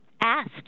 asked